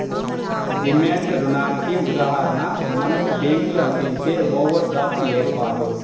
demand రుణానికి ఉదాహరణ మనకు బ్యేంకులు అందించే ఓవర్ డ్రాఫ్ట్ ఏర్పాటు